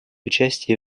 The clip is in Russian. участия